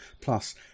Plus